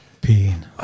pain